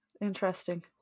interesting